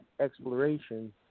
exploration